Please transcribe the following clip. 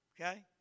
Okay